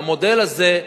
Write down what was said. והמודל הזה,